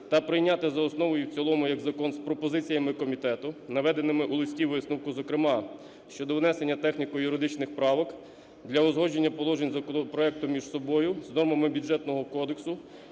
та прийняти за основу і в цілому як закон з пропозиціями комітету, наведеними у листі-висновку, зокрема щодо внесення техніко-юридичних правок, для узгодження положень законопроекту між собою, з нормами Бюджетного кодексу